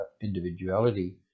individuality